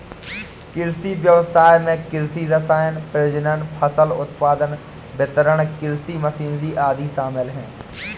कृषि व्ययसाय में कृषि रसायन, प्रजनन, फसल उत्पादन, वितरण, कृषि मशीनरी आदि शामिल है